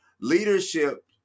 Leadership